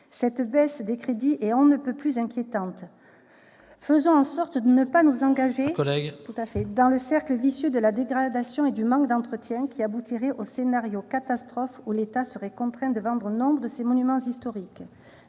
Cette baisse des crédits est donc on ne peut plus inquiétante. Il faut conclure, chère collègue ! Faisons en sorte de ne pas nous engager dans le cercle vicieux de la dégradation et du manque d'entretien, qui aboutirait au scénario catastrophe où l'État serait contraint de vendre nombre de ses monuments historiques.